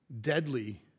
deadly